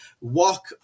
walk